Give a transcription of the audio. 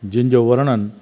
जिनिजो वर्णन